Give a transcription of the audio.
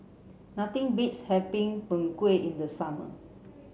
nothing beats having Png Kueh in the summer